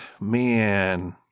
man